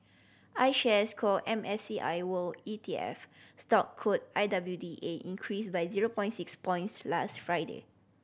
iShares Core M I C I World E T F stock code I W D A increased by zero point six points last Friday